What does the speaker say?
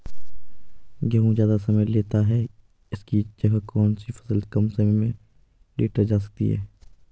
गेहूँ ज़्यादा समय लेता है इसकी जगह कौन सी फसल कम समय में लीटर जा सकती है?